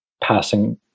passing